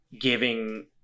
giving